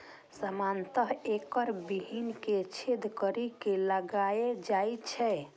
सामान्यतः एकर बीहनि कें छेद करि के लगाएल जाइ छै